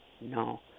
No